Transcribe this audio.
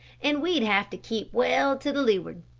and we'd have to keep well to the leeward.